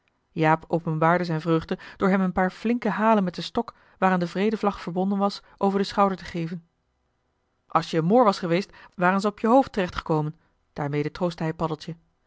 jaap openbaarde zijn vreugde door hem een paar flinke halen met den stok waaraan de vredevlag verbonden was over de schouders te geven als je een moor was geweest waren ze op je hoofd terecht gekomen daarmede troostte hij